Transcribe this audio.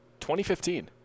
2015